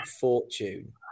fortune